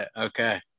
Okay